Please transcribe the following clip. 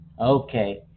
Okay